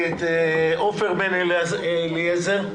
את עופר בן אליעזר.